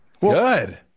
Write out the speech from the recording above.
good